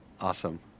Awesome